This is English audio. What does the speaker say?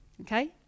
okay